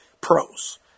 pros